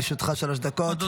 לרשותך שלוש דקות.